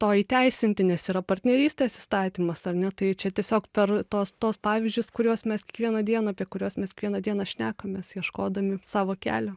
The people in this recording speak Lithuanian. to įteisinti nes yra partnerystės įstatymas ar ne tai čia tiesiog per tos tuos pavyzdžius kuriuos mes kiekvieną dieną apie kuriuos mes kiekvieną dieną šnekamės ieškodami savo kelio